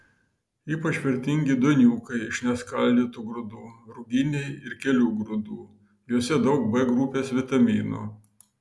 ypač vertingi duoniukai iš neskaldytų grūdų ruginiai ir kelių grūdų juose daug b grupės vitaminų